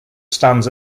stands